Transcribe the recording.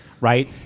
right